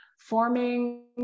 forming